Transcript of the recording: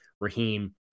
Raheem